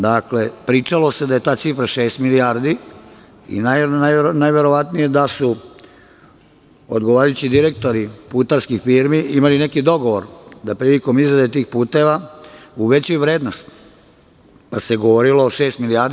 Dakle, pričalo se da je ta cifra šest milijardi i najverovatnije da su odgovarajući direktori putarskih firmi imali neki dogovor da prilikom izrade tih puteva uvećaju vrednost, pa se govorilo o šest milijardi.